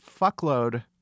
fuckload